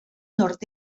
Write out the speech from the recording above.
nord